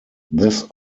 this